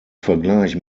vergleich